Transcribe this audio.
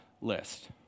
list